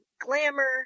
Glamour